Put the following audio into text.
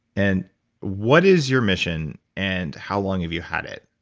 and what is your mission, and how long have you had it?